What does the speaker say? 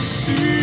see